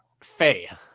Faye